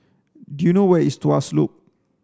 do you know where is Tuas Loop